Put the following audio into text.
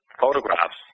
photographs